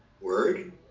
Word